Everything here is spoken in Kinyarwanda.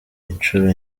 inshuro